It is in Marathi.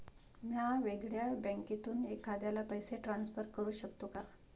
म्या वेगळ्या बँकेतून एखाद्याला पैसे ट्रान्सफर करू शकतो का?